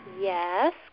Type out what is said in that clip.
Yes